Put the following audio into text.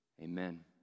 Amen